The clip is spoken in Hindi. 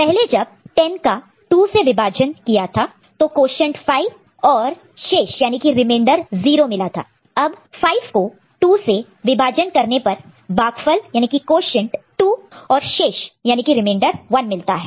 पहले जब 10 को 2 से विभाजन डिवाइड divide किया था तो भागफल क्वोशन्ट quotient 5 और शेष रिमेंडर remainder 0 मिला था अब 5 को 2 से विभाजन डिवाइड divide करने पर भागफल क्वोशन्ट quotient 2 और शेष रिमेंडर remainder 1 मिलता है